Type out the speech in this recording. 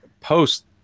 post